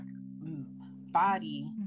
body